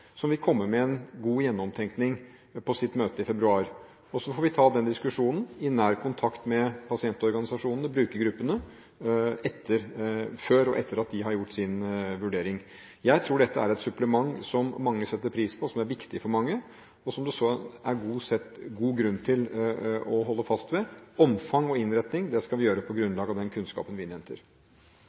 som vil komme med en god gjennomtenkning på sitt møte i februar. Så får vi ta den diskusjonen i nær kontakt med pasientorganisasjonene og brukergruppene – før og etter at de har gjort sin vurdering. Jeg tror dette er et supplement som mange setter pris på, som er viktig for mange, og som det er god grunn til å holde fast ved. Omfang og innretting skal vi gjøre på grunnlag av den kunnskapen vi innhenter.